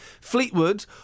Fleetwood